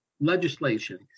legislation